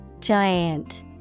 Giant